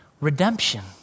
Redemption